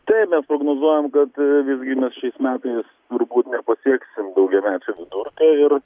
taip mes prognozuojam kad visgi mes šiais metais turbūt nepasieksim daugiamečio vidurkio ir